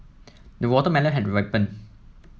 the watermelon has ripened